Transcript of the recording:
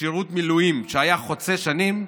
לשירות מילואים שהיה חוצה שנים,